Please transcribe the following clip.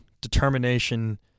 determination